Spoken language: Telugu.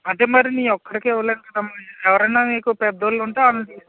అంటే మరి నీ ఒక్కరికే ఇవ్వలేం కదమ్మా ఎవరైనా మీకు పెద్ద వాళ్ళు ఉంటే వాళ్ళని